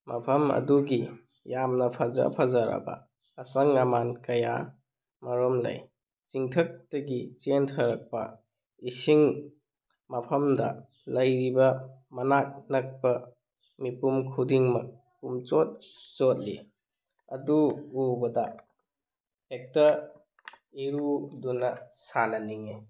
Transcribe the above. ꯃꯐꯝ ꯑꯗꯨꯒꯤ ꯌꯥꯝꯅ ꯐꯖ ꯐꯖꯔꯕ ꯑꯁꯪ ꯑꯃꯥꯟ ꯀꯌꯥ ꯑꯃꯔꯣꯝ ꯂꯩ ꯆꯤꯡꯊꯛꯇꯒꯤ ꯆꯦꯟꯊꯔꯛꯄ ꯏꯁꯤꯡ ꯃꯐꯝꯗ ꯂꯩꯔꯤꯕ ꯃꯅꯥꯛ ꯅꯛꯄ ꯃꯤꯄꯨꯝ ꯈꯨꯗꯤꯡꯃꯛ ꯄꯨꯝꯆꯣꯠ ꯆꯣꯠꯂꯤ ꯑꯗꯨ ꯎꯕꯗ ꯍꯦꯛꯇ ꯏꯔꯨꯗꯨꯅ ꯁꯥꯟꯅꯅꯤꯡꯏ